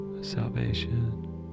Salvation